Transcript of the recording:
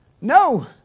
No